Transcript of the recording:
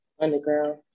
Underground